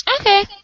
Okay